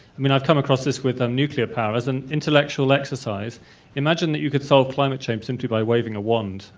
i mean i've come across this with nuclear power, as an intellectual exercise imagine that you could solve climate change simply by waving a wand,